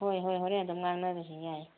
ꯍꯣꯏ ꯍꯣꯏ ꯍꯣꯔꯦꯟ ꯑꯗꯨꯝ ꯉꯥꯡꯅꯔꯁꯤ ꯌꯥꯏ